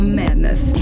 madness